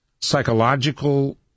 psychological